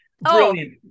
brilliant